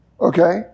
Okay